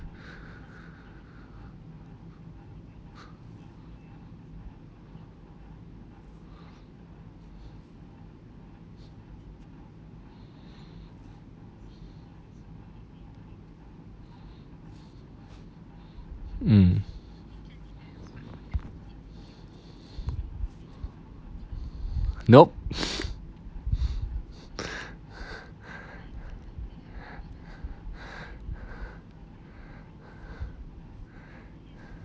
mm nope